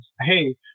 hey